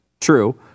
True